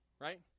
right